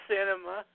Cinema